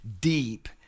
deep